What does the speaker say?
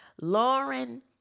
Lauren